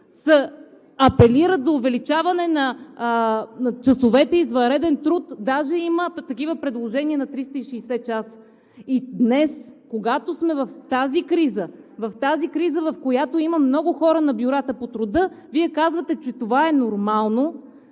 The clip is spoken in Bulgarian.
апелират за увеличаване на часовете извънреден труд. Даже има такива предложения за 360 часа. И днес, когато сме в тази криза – в тази криза, в която има много хора на бюрата по труда, Вие казвате, че е нормално